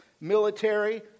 military